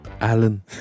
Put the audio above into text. Alan